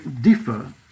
differ